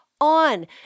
on